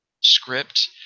script